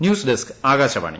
ന്യൂസ്ഡസ്ക്ആകാശവാണി